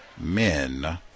men